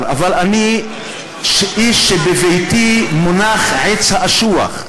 איש שבביתו מונח עץ האשוח,